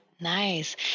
Nice